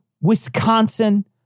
Wisconsin